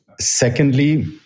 Secondly